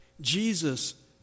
Jesus